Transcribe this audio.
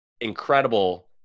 incredible